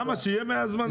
שיהיו 100 הזמנות.